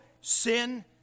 sin